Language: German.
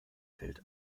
fällt